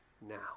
now